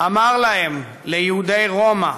אמר להם, ליהודי רומא,